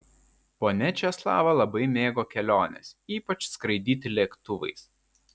ponia česlava labai mėgo keliones ypač skraidyti lėktuvais